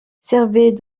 servait